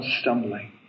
stumbling